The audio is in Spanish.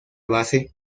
base